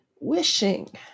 wishing